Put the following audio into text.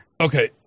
Okay